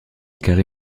carré